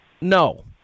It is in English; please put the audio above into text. no